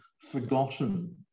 forgotten